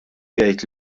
jgħid